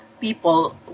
people